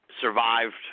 survived